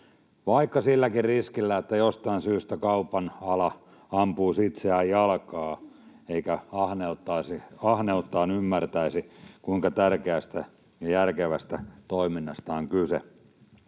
vaikka silläkin riskillä, että jostain syystä kaupan ala ampuisi itseään jalkaan eikä ahneuttaan ymmärtäisi, kuinka tärkeästä ja järkevästä toiminnasta on kyse.